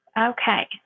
Okay